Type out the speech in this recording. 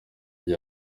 gihe